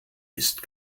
ist